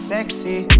Sexy